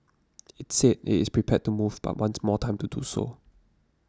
it said it is prepared to move but wants more time to do so